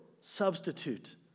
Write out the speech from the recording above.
substitute